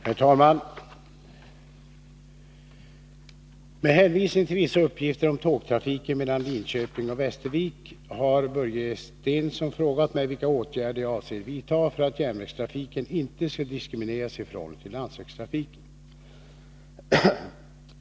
Herr talman! Med hänvisning till vissa uppgifter om tågtrafiken mellan Linköping och Västervik har Börje Stensson frågat mig vilka åtgärder jag avser vidta för att järnvägstrafiken inte skall diskrimineras i förhållande till landsvägstrafiken.